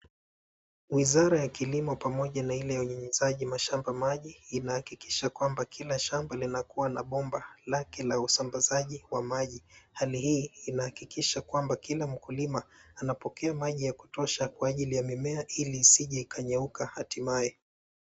Wizara ya kilimo pamoja na ile ya unyunyuziaji mashamba maji inahakikisha kwamba kila shamba linakuwa na bomba lake la usambazaji wa maji. Hali hii inahakikisha kwamba kila mkulima anapokea maji ya kutosha kwa ajili ya mimea ili isije ikanyauka hatimaye.